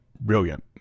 brilliant